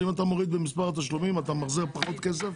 אם אתה מוריד במספר תשלומים, אתה מחזיר פחות כסף,